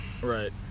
Right